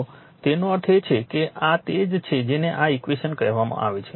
તો તેનો અર્થ એ છે કે આ તે જ છે જેને આ ઈક્વેશન કહેવામાં આવે છે